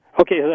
okay